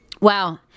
Wow